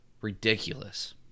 ridiculous